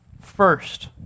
First